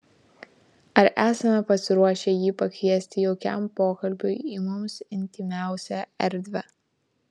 ar esame pasiruošę jį pakviesti jaukiam pokalbiui į mums intymiausią erdvę